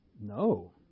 No